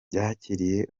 yakiriye